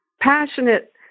passionate